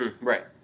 right